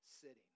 sitting